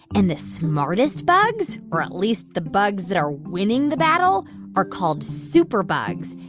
and the smartest bugs or at least the bugs that are winning the battle are called superbugs.